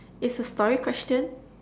it's a story question